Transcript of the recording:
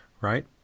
right